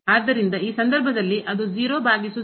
ಆದ್ದರಿಂದ ಈ ಸಂದರ್ಭದಲ್ಲಿ ಅದು ಭಾಗಿಸು